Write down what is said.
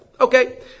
Okay